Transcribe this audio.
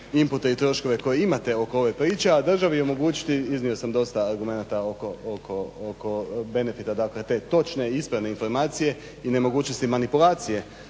impute i troškove koje imate oko ove priče, a državi omogućiti iznio sam dosta argumenata oko benefita te točne i ispravne informacije i nemogućnosti manipulacije